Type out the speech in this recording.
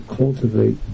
cultivate